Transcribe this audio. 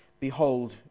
Behold